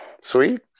sweet